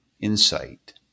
insight